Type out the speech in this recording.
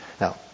Now